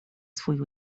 swój